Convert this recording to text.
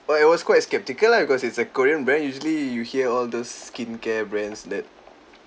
but I was quite sceptical lah because it's a korean brand usually you hear all those skincare brands that